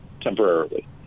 temporarily